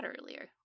earlier